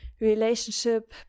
relationship